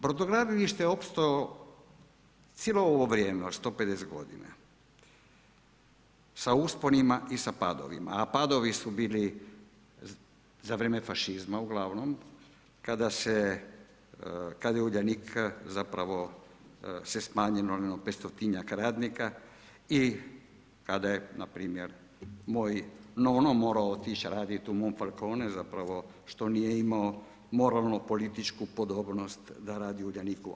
Brodogradilište je opstalo cijelo ovo vrijeme od 150 godina sa usponima i sa padovima a padovi su bili za vrijeme fašizma uglavnom kada je Uljanik zapravo se smanjilo 500-tinjak radnika i kada je npr. moj nono morao otići raditi u … zapravo što nije imao moralno političku podobnost da radi u Uljaniku.